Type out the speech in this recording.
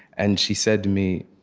and she said to me,